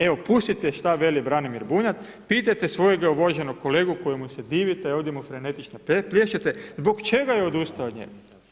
Evo, pustite šta veli Branimir Bunjac, pitajte svojega uvaženog kolegu, kojemu se divite, ovdje mu frenetično plješćete, zbog čega je odustao od njega.